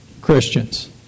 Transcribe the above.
Christians